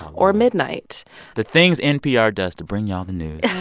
or midnight the things npr does to bring y'all the news yeah